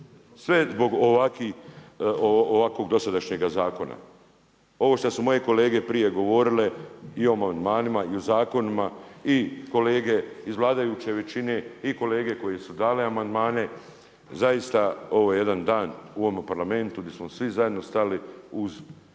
Sve zbog ovakvog dosadašnjega zakona. Ovo šta su moje kolege prije govorile, i o amandmanima i o zakonima i kolege iz vladajuće većine i kolege koji su dali amandmane, zaista ovo je jedan dan u ovom Parlamentu di smo svi zajedno stali uz